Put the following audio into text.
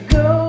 go